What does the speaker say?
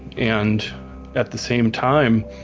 and at the same time,